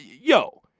yo